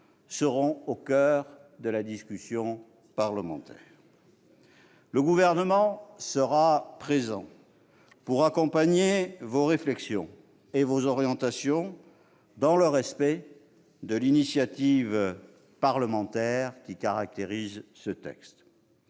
seront au coeur de la discussion parlementaire. Le Gouvernement sera présent pour accompagner vos réflexions et vos orientations, dans le respect de l'initiative parlementaire qui caractérise le texte.